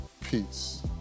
peace